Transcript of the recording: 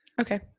Okay